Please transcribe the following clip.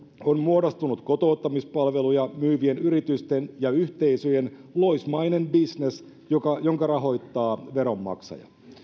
on muodostunut kotouttamispalveluja myyvien yritysten ja yhteisöjen loismainen bisnes jonka rahoittavat veronmaksajat